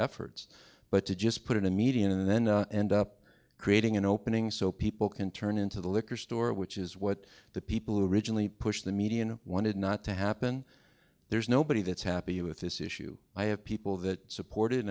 efforts but to just put in a median and then end up creating an opening so people can turn into the liquor store which is what the people who originally pushed the median wanted not to happen there's nobody that's happy with this issue i have people that supported